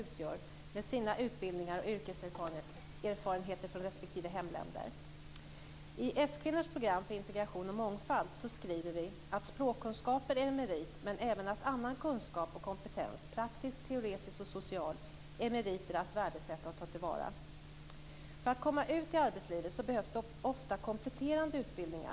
Fru talman! Jag vill ställa en fråga till statsrådet Samhället i dag är i stort behov av både lärare och vårdpersonal. Samtidigt missar vi att ta till vara den resurs som invandrare och flyktingar utgör med utbildningar och yrkeserfarenheter från sina respektive hemländer. I s-kvinnors program för integration och mångfald skriver vi att språkkunskaper är en merit, men att även annan kunskap och kompetens - praktisk, teoretisk och social - är meriter att värdesätta och ta till vara. För att man ska komma ut i arbetslivet behövs det ofta kompletterande utbildningar.